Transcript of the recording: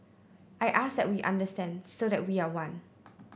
I ask that we understand so that we are one